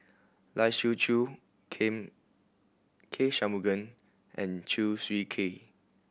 Lai Siu Chiu Ken K Shanmugam and Chew Swee Kee